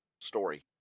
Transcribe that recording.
story